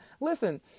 listen